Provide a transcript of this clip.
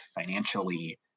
financially